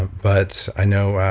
but i know